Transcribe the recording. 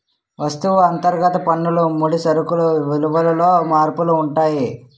వస్తువు అంతర్గత పన్నులు ముడి సరుకులు విలువలలో మార్పులు ఉంటాయి